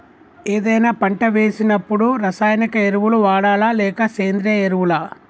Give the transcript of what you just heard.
ఏదైనా పంట వేసినప్పుడు రసాయనిక ఎరువులు వాడాలా? లేక సేంద్రీయ ఎరవులా?